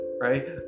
right